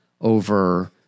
over